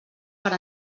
per